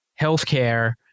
healthcare